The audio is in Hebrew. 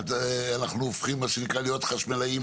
לפני שאנחנו הופכים להיות חשמלאים